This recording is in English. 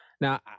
now